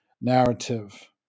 narrative